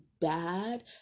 bad